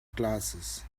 glasses